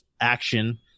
action